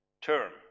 term